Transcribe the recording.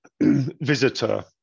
Visitor